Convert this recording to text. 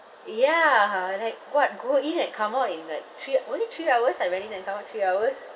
ya like what go in and come out in like three only three hours I went in and come out three hours